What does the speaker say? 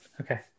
okay